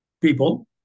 people